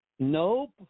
Nope